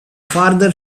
farther